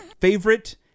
favorite